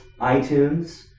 iTunes